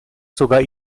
sogar